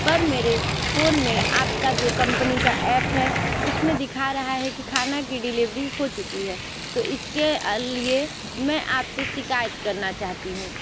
पर मेरे फ़ोन में आपका जो कम्पनी का ऐप है उसमें दिख रहा है कि खान की डिलीवरी हो चुकी है तो इसके लिए मैं आपसे शिकायत करना चाहती हूँ